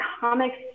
comics